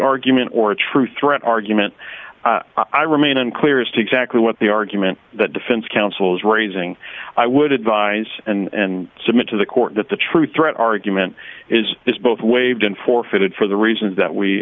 argument or a true threat argument i remain unclear as to exactly what the argument that defense counsel is raising i would advise and submit to the court that the true threat argument is this both waived and forfeited for the reasons that we